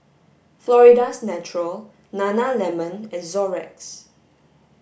Florida's Natural Nana lemon and Xorex